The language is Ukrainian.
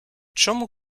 чому